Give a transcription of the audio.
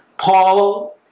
Paul